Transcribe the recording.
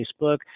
Facebook